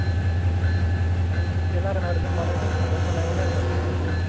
उम नों एसे रायलायना होदो जों माने जों थांगोन साननायमोन आरो ना बे साननैसोआव